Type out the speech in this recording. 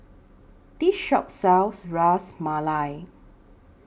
This Shop sells Ras Malai